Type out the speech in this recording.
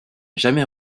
jamais